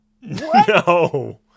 No